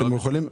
מה פתאום?